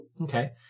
Okay